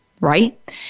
right